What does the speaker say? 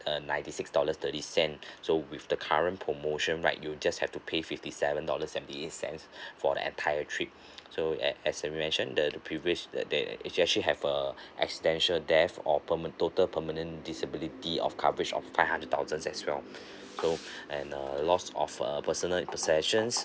uh ninety six dollars thirty cent so with the current promotion right you just have to pay fifty seven dollars seventy eight cents for the entire trip so as as I mentioned the the privilege that they it's actually have a accidental death or perma~ total permanent disability of coverage of five hundred thousands as well so and err lost of uh personal possessions